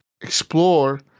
explore